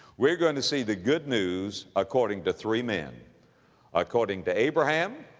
we're going to see the good news according to three men according to abraham,